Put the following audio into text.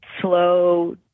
slow